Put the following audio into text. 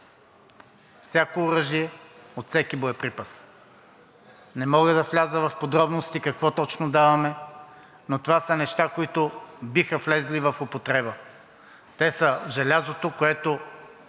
всяко оръжие, от всеки боеприпас. Не мога да вляза в подробности какво точно даваме, но това са неща, които биха влезли в употреба. Произведени